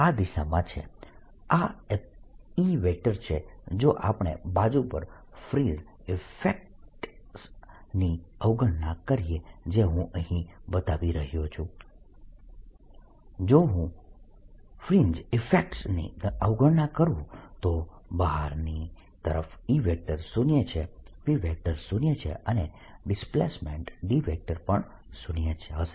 આ E છે જો આપણે બાજુ પર ફ્રિન્જ ઇફેક્ટ્સ ની અવગણના કરીએ જે હું અહીં બતાવી રહ્યો છું જો હું ફ્રિન્જ ઇફેક્ટ્સની અવગણના કરું તો બહારની તરફ E શૂન્ય છે P શૂન્ય છે અને ડિસ્પ્લેસમેન્ટ D પણ શૂન્ય હશે